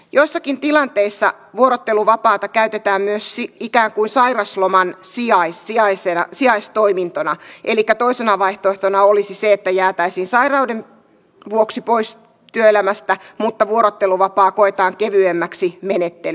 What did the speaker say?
joissakin tilanteissa vuorotteluvapaata käytetään myös ikään kuin sairausloman sijaistoimintona elikkä toisena vaihtoehtona olisi se että jäätäisiin sairauden vuoksi pois työelämästä mutta vuorotteluvapaa koetaan kevyemmäksi menettelyksi